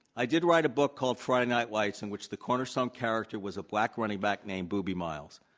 i did write a book called friday night lights in which the cornerstone character was a black running back named boobie miles.